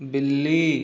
बिल्ली